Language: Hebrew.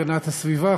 הגנת הסביבה,